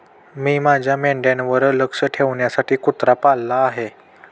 मी माझ्या मेंढ्यांवर लक्ष ठेवण्यासाठी कुत्रा पाळला आहे